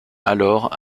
alors